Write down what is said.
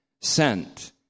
Sent